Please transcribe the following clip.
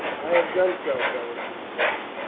i have done so, beric replied.